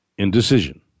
Indecision